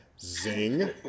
zing